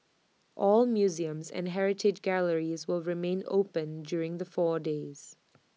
all museums and heritage galleries will remain open during the four days